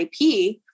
IP